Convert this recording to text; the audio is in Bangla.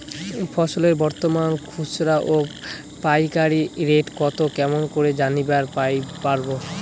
ফসলের বর্তমান খুচরা ও পাইকারি রেট কতো কেমন করি জানিবার পারবো?